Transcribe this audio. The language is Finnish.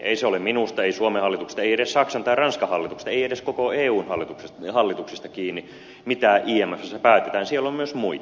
ei se ole minusta ei suomen hallituksesta ei edes saksan tai ranskan hallituksista ei edes koko eun hallituksista kiinni mitä imfssä päätetään siellä on myös muita